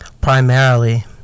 primarily